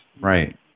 Right